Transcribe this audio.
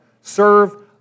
Serve